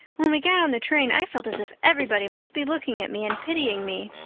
when we got on the train i felt as if everybody must be looking at me and pitying me.